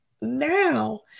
now